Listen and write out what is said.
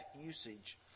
usage